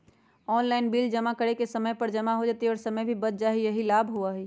Online bill जमा करे से समय पर जमा हो जतई और समय भी बच जाहई यही लाभ होहई?